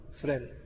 friend